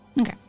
Okay